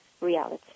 reality